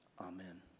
Amen